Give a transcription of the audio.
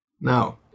Now